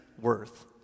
worth